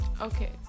Okay